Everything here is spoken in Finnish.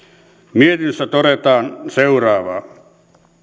mietinnössä todetaan seuraavaa